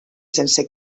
sense